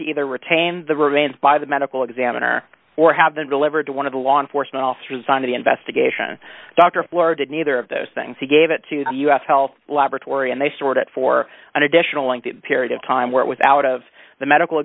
to either retain the remains by the medical examiner or have been delivered to one of the law enforcement officers and the investigation doctor florida neither of those things he gave it to the us health laboratory and they stored it for an additional lengthy period of time where it was out of the medical